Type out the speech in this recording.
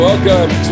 Welcome